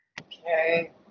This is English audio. Okay